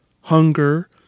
hunger